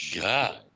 God